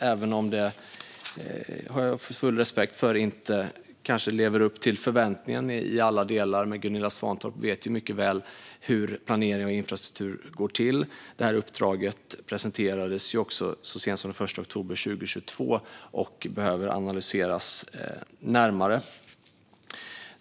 Jag har dock full respekt för att det kanske inte lever upp till förväntningarna i alla delar, men Gunilla Svantorp vet mycket väl hur planeringen av infrastruktur går till. Uppdraget presenterades dessutom så sent som den 1 oktober 2022 och behöver analyseras närmare.